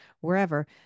wherever